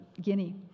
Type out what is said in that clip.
Guinea